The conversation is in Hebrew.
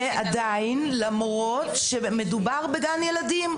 ועדיין, למרות שמדובר בגן ילדים.